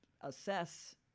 assess